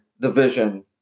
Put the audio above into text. division